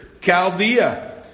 Chaldea